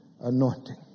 anointing